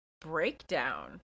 breakdown